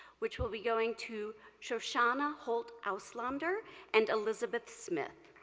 which will be going to shosana holt-auslander and elizabeth smith.